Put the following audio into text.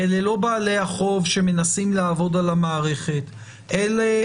כי כשאת באה ואומרת "..אז יוציאו עוד דברים.." וגם את זה וגם את זה.